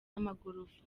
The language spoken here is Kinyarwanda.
amagorofa